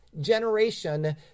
generation